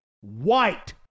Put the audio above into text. White